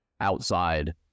outside